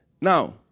Now